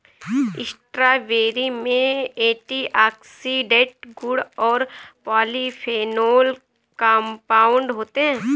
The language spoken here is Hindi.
स्ट्रॉबेरी में एंटीऑक्सीडेंट गुण और पॉलीफेनोल कंपाउंड होते हैं